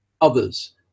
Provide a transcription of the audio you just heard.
others